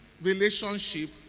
relationship